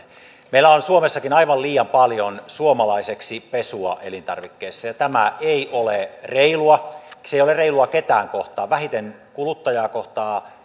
meillä on suomessakin aivan liian paljon suomalaiseksi pesua elintarvikkeissa ja tämä ei ole reilua se ei ole reilua ketään kohtaan vähiten kuluttajaa